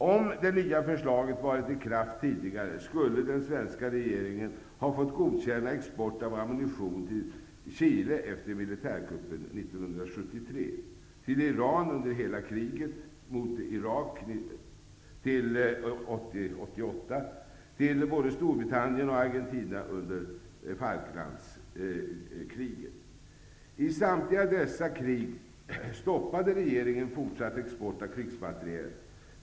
Om det nya förslaget hade gällt tidigare skulle den svenska regeringen ha fått godkänna export av ammunition till Chile efter militärkuppen 1973, till Iran under hela landets krig mot Irak fram till 1988 och till både Storbritannien och Argentina under I samtliga dessa krig stoppade regeringen fortsatt export av krigsmateriel.